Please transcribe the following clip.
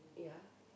yeah